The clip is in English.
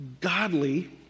godly